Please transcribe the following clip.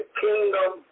kingdom